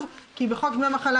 הימים שהפחיתו ממנו,